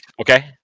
Okay